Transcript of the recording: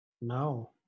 No